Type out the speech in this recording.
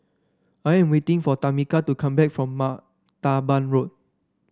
I am waiting for Tamika to come back from Martaban Road